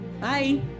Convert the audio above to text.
Bye